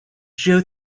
geo